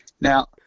Now